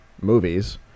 movies